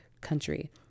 country